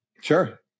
Sure